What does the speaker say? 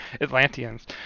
atlanteans